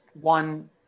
one